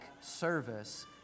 service